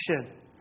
action